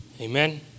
Amen